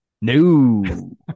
no